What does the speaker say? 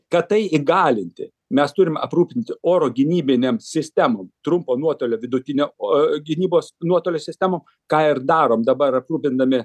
kad tai įgalinti mes turim aprūpinti oro gynybinėm sistemom trumpo nuotolio vidutinio o gynybos nuotolis sistemom ką ir darom dabar aprūpindami